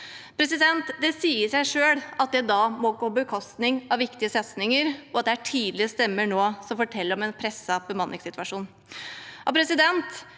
Det sier seg selv at det da må gå på bekostning av viktige satsinger. Det er også tydelige stemmer nå som forteller om en presset bemanningssituasjon.